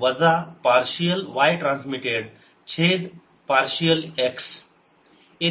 वजा partial y transmitted छेद partial x